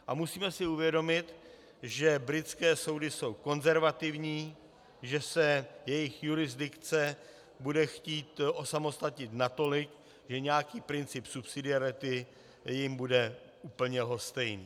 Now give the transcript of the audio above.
A musíme si uvědomit, že britské soudy jsou konzervativní, že se jejich jurisdikce bude chtít osamostatnit natolik, že nějaký princip subsidiarity jim bude úplně lhostejný.